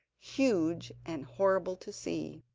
huge and horrible to see.